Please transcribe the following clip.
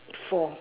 four